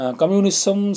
communism